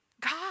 God